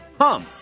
Hum